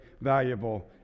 valuable